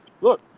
look